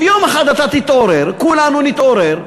ויום אחד אתה תתעורר, כולנו נתעורר,